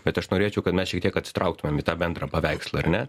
bet aš norėčiau kad mes šiek tiek atsitrauktumėm į tą bendrą paveikslą ar ne